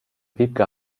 wiebke